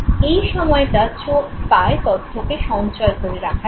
এই সময়টা চোখ পায় তথ্যকে সঞ্চয় করে রাখার জন্য